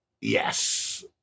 Yes